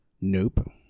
Nope